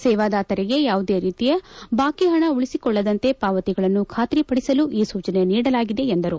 ಸೇವಾದಾತರಿಗೆ ಯಾವುದೇ ರೀತಿಯ ಬಾಕಿ ಹಣ ಉಳಿಸಿಕೊಳ್ಳದಂತೆ ಪಾವತಿಗಳನ್ನು ಖಾತರಿ ಪಡಿಸಲು ಈ ಸೂಚನೆ ನೀಡಲಾಗಿದೆ ಎಂದರು